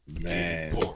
Man